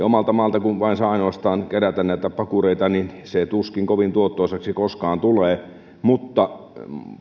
omalta maalta saa kerätä näitä pakureita niin se toiminta tuskin kovin tuottoisaksi koskaan tulee mutta